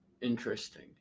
Interesting